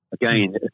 again